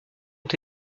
ont